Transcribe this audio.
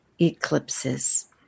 eclipses